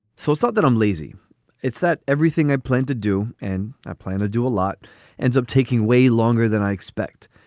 so it's not that i'm lazy it's that everything i planned to do and i plan to do a lot ends up taking way longer than i expect.